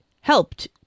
helped